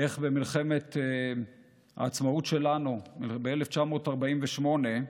איך במלחמת העצמאות שלנו, ב-1948,